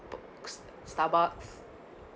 Starbucks